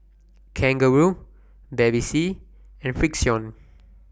Kangaroo Bevy C and Frixion